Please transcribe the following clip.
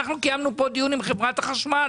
אנחנו קיימנו פה דיון עם חברת החשמל